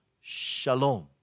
shalom